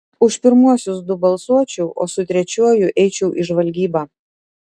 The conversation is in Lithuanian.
už pirmuosius du balsuočiau o su trečiuoju eičiau į žvalgybą